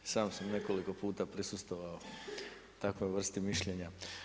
I sam sam nekoliko puta prisustvovao takvoj vrsti mišljenja.